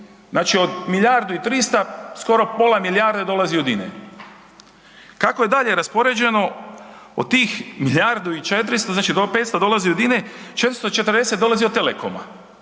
znači od milijardu i 300 skoro pola milijarde dolazi od INE. Kako je dalje raspoređeno? Od tih milijardu i 400, znači 500 dolazi od INE, 440 dolazi od Telekoma,